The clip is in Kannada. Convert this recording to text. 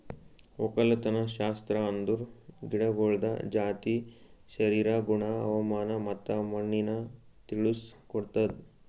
ಒಕ್ಕಲತನಶಾಸ್ತ್ರ ಅಂದುರ್ ಗಿಡಗೊಳ್ದ ಜಾತಿ, ಶರೀರ, ಗುಣ, ಹವಾಮಾನ ಮತ್ತ ಮಣ್ಣಿನ ತಿಳುಸ್ ಕೊಡ್ತುದ್